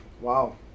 Wow